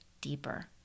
deeper